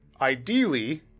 ideally